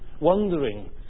wondering